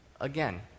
again